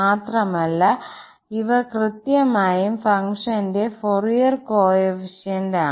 മാത്രമല്ല ഇവ കൃത്യമായും ഫംഗ്ഷന്റെ ഫൊറിയർ കോഎഫിഷ്യന്റാണ്